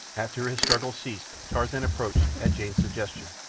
after his struggles ceased tarzan approached, at jane's suggestion,